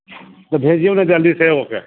तऽ भेजियौ ने जल्दीसँ एगोके